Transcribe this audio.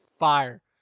fire